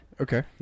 Okay